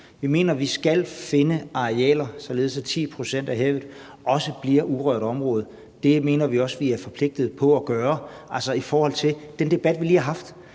Vi mener, at vi skal finde arealer, således at 10 pct. af havet bliver urørt område. Det mener vi også at vi er forpligtet på at gøre i forhold til den debat, vi lige har haft,